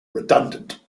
redundant